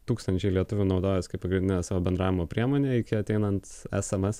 tūkstančiai lietuvių naudojos kaip pagrindine savo bendravimo priemone iki ateinant esamesam